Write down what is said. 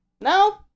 No